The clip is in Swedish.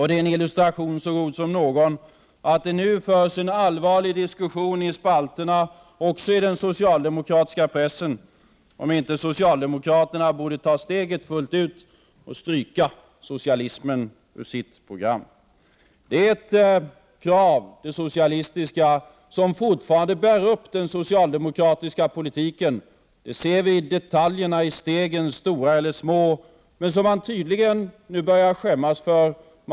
Det är en illustration så god som någon av att det nu förs en allvarlig diskussion i spalterna också i den 29 socialdemokratiska pressen om huruvida inte socialdemokraterna borde ta steget fullt ut och stryka socialismen ur sitt program. Kravet på socialism bär fortfarande upp den socialdemokratiska politiken. Det ser vi i detaljerna, i stegen, stora eller små. Men tydligen börjar man nu skämmas för det.